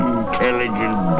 Intelligent